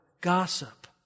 gossip